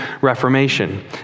Reformation